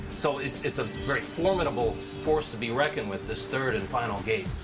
so it's it's a very formidable force to be reckoned with, this third and final gate.